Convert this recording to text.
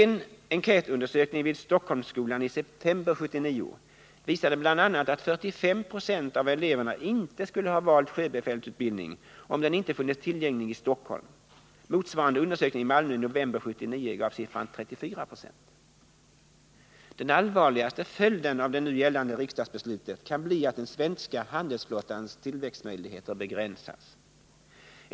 En enkätundersökning vid Stockholmsskolan i september 1979 visade bl.a. att 45 90 av eleverna inte skulle ha valt sjöbefälsutbildning, om den inte funnits tillgänglig i Stockholm. Motsvarande undersökning i Malmö i november 1979 gav siffran 34 Io. Den allvarligaste följden av det nu gällande riksdagsbeslutet kan bli att den svenska handelsflottans tillväxtmöjligheter begränsas.